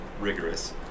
rigorous